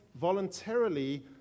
voluntarily